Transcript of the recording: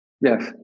Yes